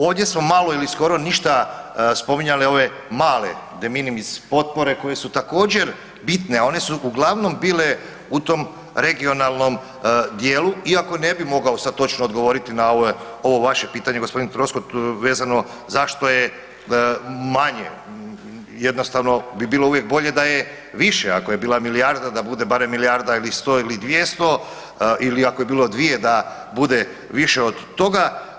Ovdje smo malo ili skoro ništa spominjali ove male deminimis potpore koje su također bitne, one su uglavnom bile u tom regionalnom dijelu iako ne bi mogao sad točno odgovoriti na ovo vaše pitanje g. Troskot vezano zašto je manje, jednostavno bi bilo uvijek bolje da je više, ako je bila milijarda da bude barem milijarda ili sto ili dvjesto ili ako je bilo dvije da bude više od toga.